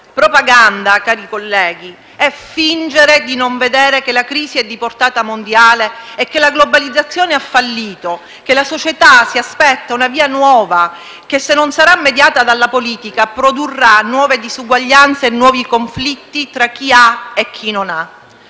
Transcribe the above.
Propaganda, cari colleghi, è fingere di non vedere che la crisi è di portata mondiale e che la globalizzazione ha fallito, che la società si aspetta una via nuova che, se non sarà mediata dalla politica, produrrà nuove diseguaglianze e nuovi conflitti tra chi ha e chi non ha.